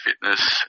fitness